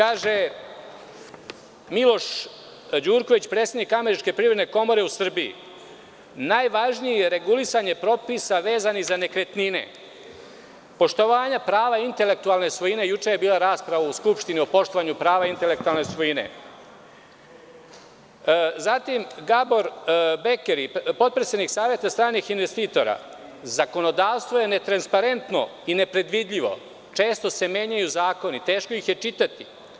Kaže Miloš Đurković, predsednik Američke privredne komore u Srbiji – najvažnije je regulisanje propisa vezanih za nekretnine, poštovanje prava intelektualne svojine, juče je bila rasprava u Skupštini o poštovanju prava intelektualne svojine, zatim, Gabor Bekeri, potpredsednik Saveta stranih investitora – zakonodavstvo je netransparentno i nepredvidivo, često se menjaju zakoni, teško ih je čitati.